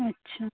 अच्छा